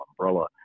umbrella